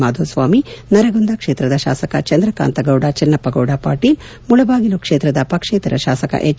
ಮಾಧುಸ್ವಾಮಿ ನರಗುಂದ ಕ್ಷೇತ್ರದ ಶಾಸಕ ಚಂದ್ರಕಾಂತ ಗೌಡ ಚನ್ನಪ್ಪಗೌಡ ಪಾಟೀಲ್ ಮುಳಬಾಗಿಲು ಕ್ಷೇತ್ರದ ಪಕ್ಷೇತರ ಶಾಸಕ ಎಚ್